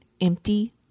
empty